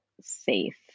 safe